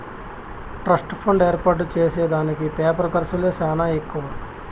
trust fund ఏర్పాటు చేసే దానికి పేపరు ఖర్చులే సానా ఎక్కువ